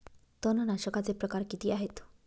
तणनाशकाचे प्रकार किती आहेत?